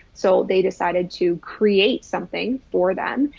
so they decided to create something for them.